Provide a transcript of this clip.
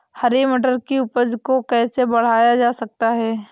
हरी मटर की उपज को कैसे बढ़ाया जा सकता है?